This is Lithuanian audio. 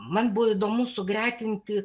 man buvo įdomu sugretinti